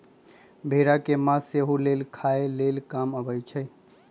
भेड़ा के मास सेहो लेल खाय लेल काम अबइ छै